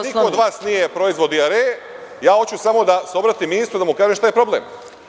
Za mene niko od vas nije proizvod dijareje, ja hoću samo da se obratim ministru da kažem šta je problem.